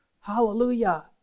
Hallelujah